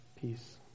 peace